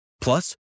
Plus